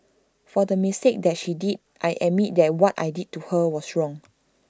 for the mistake that she did I admit that what I did to her was wrong